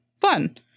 Fun